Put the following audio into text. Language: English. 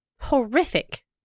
Horrific